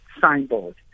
signboard